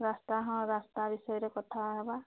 ରାସ୍ତା ହଁ ରାସ୍ତା ବିଷୟରେ କଥା ହେବା